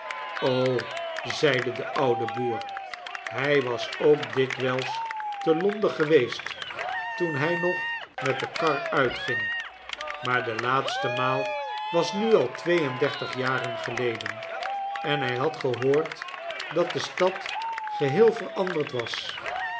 zeide de oude boer hij was ook dikwijls te londen geweest toen hij nog met de kar uitging maar de laatste maal was nu al twee en dertig jaren geleden en hij had gehoord dat de stad geheel veranderd was